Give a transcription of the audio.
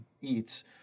eats